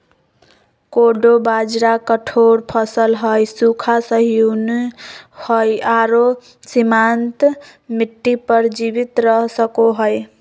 कोडो बाजरा कठोर फसल हइ, सूखा, सहिष्णु हइ आरो सीमांत मिट्टी पर जीवित रह सको हइ